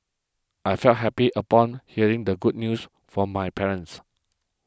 I felt happy upon hearing the good news from my parents